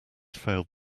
failed